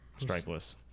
Strikeless